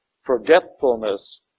Forgetfulness